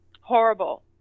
Horrible